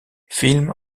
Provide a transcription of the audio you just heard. film